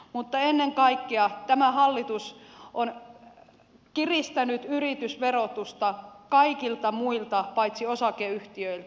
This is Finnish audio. mutta ennen kaikkea tämä hallitus on kiristänyt yritysverotusta kaikilta muilta paitsi osakeyhtiöiltä